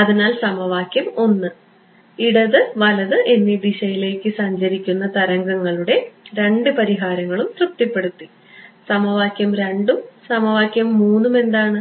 അതിനാൽ സമവാക്യം 1 ഇടത് വലത് എന്നീ ദിശയിലേക്ക് സഞ്ചരിക്കുന്ന തരംഗങ്ങളുടെ രണ്ട് പരിഹാരങ്ങളും തൃപ്തിപ്പെടുത്തി സമവാക്യം 2 ഉം സമവാക്യം 3 ഉം എന്താണ്